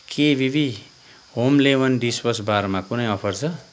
के बिबी home lemon dishwash बारमा कुनै अफर छ